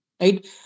Right